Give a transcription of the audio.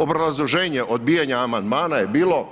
Obrazloženje odbijanja amandmana je bilo